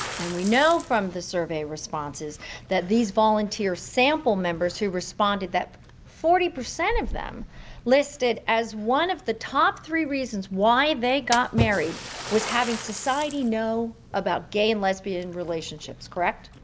and we know from the survey responses that these volunteer sample members who responded, that percent of them listed as one of the top three reasons why they got married was having society know about gay and lesbian relationships, correct?